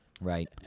Right